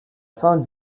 fin